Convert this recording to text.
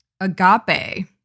agape